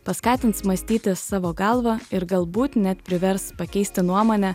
paskatins mąstyti savo galva ir galbūt net privers pakeisti nuomonę